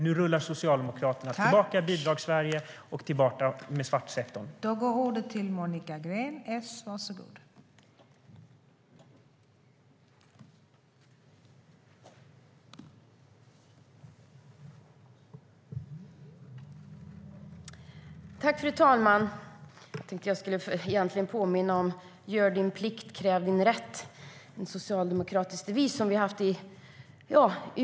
Nu rullar Socialdemokraterna tillbaka till Bidragssverige och den svarta sektorn.